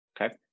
Okay